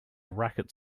racket